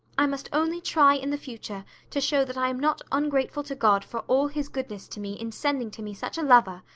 i must only try in the future to show that i am not ungrateful to god for all his goodness to me in sending to me such a lover,